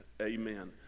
amen